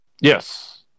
Yes